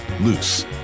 loose